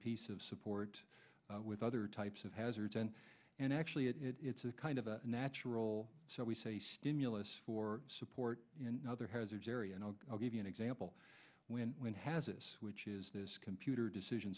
piece of support with other types of hazards and and actually it's a kind of a natural so we say stimulus for support in other hazards area and i'll give you an example when when has this which is this computer decision